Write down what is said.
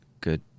good